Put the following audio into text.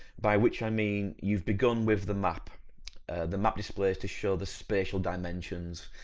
by which i mean you've begun with the map the map displays to show the spatial dimensions,